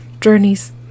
journeys